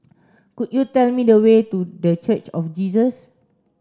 could you tell me the way to The Church of Jesus